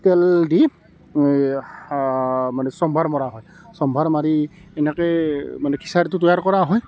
তেল দি মানে চম্ভাৰ মৰা হয় চম্ভাৰ মাৰি এনেকৈ মানে খিচাৰিটো তৈয়াৰ কৰা হয়